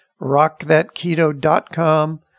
rockthatketo.com